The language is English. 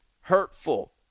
hurtful